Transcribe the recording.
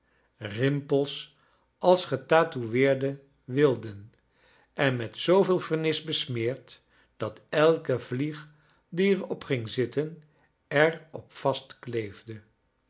rimpels als getatoueerde wilden en met zooveel vernis besmeerd dat elke vlieg die er op ging zitten er op